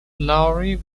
lowry